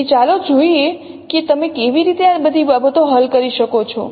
તેથી ચાલો જોઈએ કે તમે કેવી રીતે આ બધી બાબતોને હલ કરી શકો છો